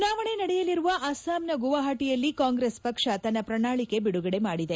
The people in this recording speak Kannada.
ಚುನಾವಣೆ ನಡೆಯಲಿರುವ ಅಸ್ತಾಂನ ಗುವಾಹಟಿಯಲ್ಲಿ ಕಾಂಗ್ರಸ್ ಪಕ್ಷ ತನ್ನ ಪ್ರಣಾಳಿಕೆ ಬಿಡುಗಡೆ ಮಾಡಿದೆ